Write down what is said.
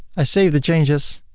i save the changes.